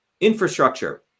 infrastructure